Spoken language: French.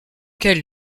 quel